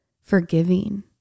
forgiving